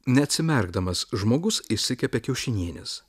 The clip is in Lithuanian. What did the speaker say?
neatsimerkdamas žmogus išsikepė kiaušinienės